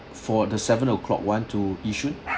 for the seven o'clock one to Yishun